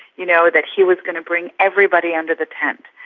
you know, that he was going to bring everybody under the tent,